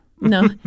No